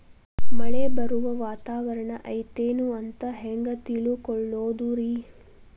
ಮಳೆ ಬರುವ ವಾತಾವರಣ ಐತೇನು ಅಂತ ಹೆಂಗ್ ತಿಳುಕೊಳ್ಳೋದು ರಿ?